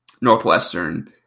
northwestern